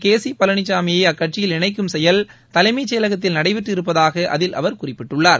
கேசி பழனிசாமியை அக்கட்சியில் இணைக்கும் செயல் தலைமைச் செயலகத்தில் நடைபெற்று இருப்பதாக அதில் அவர் குறிப்பிட்டுள்ளார்